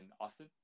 Austin